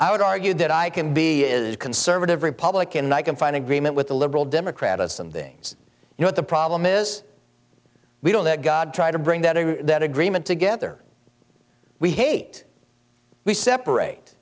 i would argue that i can be is a conservative republican i can find agreement with a liberal democrat of some things you know the problem is we don't let god try to bring that or that agreement together we hate we separate